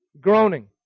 Groaning